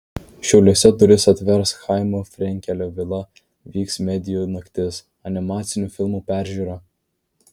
šiauliuose duris atvers chaimo frenkelio vila vyks medijų naktis animacinių filmų peržiūra